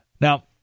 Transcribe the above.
Now